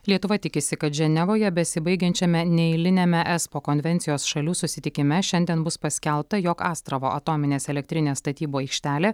lietuva tikisi kad ženevoje besibaigiančiame neeiliniame espo konvencijos šalių susitikime šiandien bus paskelbta jog astravo atominės elektrinės statybų aikštelė